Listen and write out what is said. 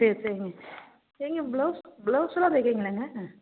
சரி சரிங்க நீங்கள் ப்ளவுஸ் பிளவுஸ்ஸெல்லாம் தைக்கிறீங்களாங்க